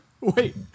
wait